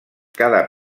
cada